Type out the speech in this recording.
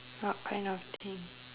what kind of thing